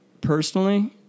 personally